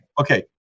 Okay